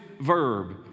verb